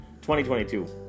2022